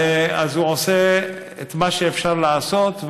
הוא עושה את מה שאפשר לעשות,